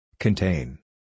Contain